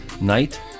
night